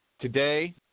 today